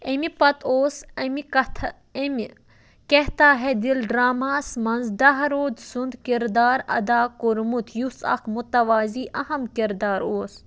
اَمہِ پتہٕ اوس اَمہِ کَتھٕ اَمہِ کہتا ہے دِل ڈرٛاماہَس منٛز دہروٗد سُنٛد کِردار اَدا کوٚرمُت یُس اَکھ مُتوٲزی اہم كِردار اوس